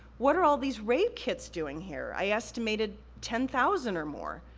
what are all these rape kits doing here? i estimated ten thousand or more.